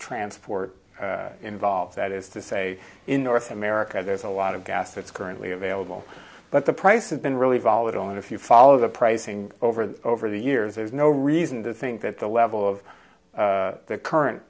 transport involved that is to say in north america there's a lot of gas that's currently available but the prices been really volatile and if you follow the pricing over the over the years there's no reason to think that the level of the current